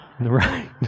Right